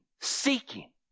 seeking